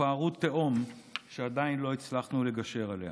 ופערו תהום שעדיין לא הצלחנו לגשר עליה.